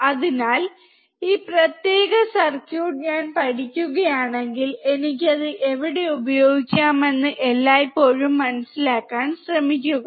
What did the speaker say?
അതിനാൽ ഈ പ്രത്യേക സർക്യൂട്ട് ഞാൻ പഠിക്കുകയാണെങ്കിൽ എനിക്ക് അത് എവിടെ ഉപയോഗിക്കാമെന്ന് എല്ലായ്പ്പോഴും മനസിലാക്കാൻ ശ്രമിക്കുക